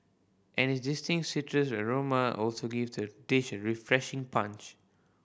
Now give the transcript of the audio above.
and its distinct citrus aroma also gives the dish a refreshing punch